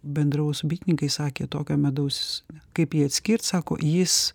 bendravau su bitininkais sakė tokio medaus kaip jį atskirt sako jis